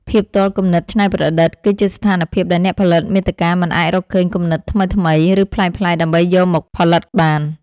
ភាពទាល់គំនិតច្នៃប្រឌិត គឺជាស្ថានភាពដែលអ្នកផលិតមាតិកាមិនអាចរកឃើញគំនិតថ្មីៗ ឬប្លែកៗដើម្បីយកមកផលិតបាន។